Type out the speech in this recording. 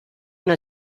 una